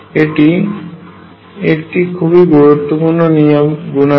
এটি এর একটি খুব গুরুত্বপূর্ণ ধর্ম